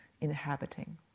inhabiting